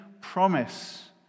promise